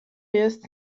jest